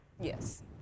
Yes